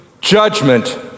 judgment